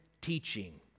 teaching